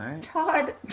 Todd